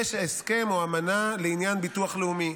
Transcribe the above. יש הסכם או אמנה לעניין ביטוח לאומי,